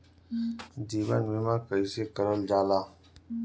जीवन बीमा कईसे करल जाला?